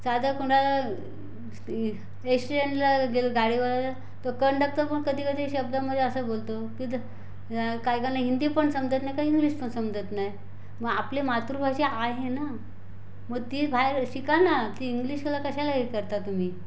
साधं कोणाला एशियनला गेलं गाडीवाल्याला तो कंडक्टर पण कधी कधी शब्द म्हणजे असे बोलतो की ज काही काहींना हिंदी पण समजत नाही का इंग्लिश पण समजत नाही मग आपले मातृभाषा आहे ना मग ती बाहेर शिका ना ती इंग्लिशला कशाला हे करता तुम्ही